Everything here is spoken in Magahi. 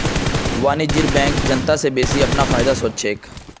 वाणिज्यिक बैंक जनता स बेसि अपनार फायदार सोच छेक